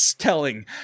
telling